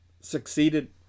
succeeded